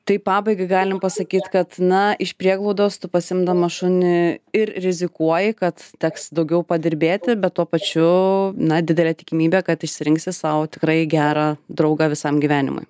tai pabaigai galim pasakyt kad na iš prieglaudos tu pasiimdamas šunį ir rizikuoji kad teks daugiau padirbėti bet tuo pačiu na didelė tikimybė kad išsirinksi sau tikrai gerą draugą visam gyvenimui